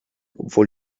obwohl